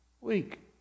week